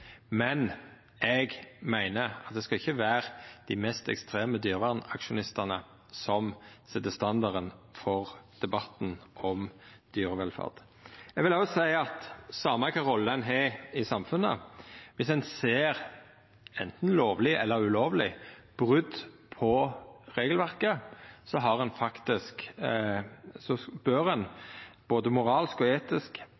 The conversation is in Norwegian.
men eg meiner at det ikkje skal vera dei mest ekstreme dyrevernsaksjonistane som set standarden for debatten om dyrevelferd. Eg vil òg seia at same kva rolle ein har i samfunnet, bør ein viss ein ser – anten lovleg eller ulovleg – brot på regelverket, både moralsk og etisk varsla Mattilsynet om det ein